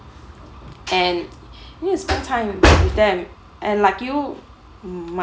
and yes sometime you will be there and like you